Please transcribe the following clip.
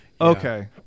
Okay